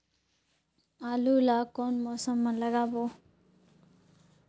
आलू ला कोन मौसम मा लगाबो?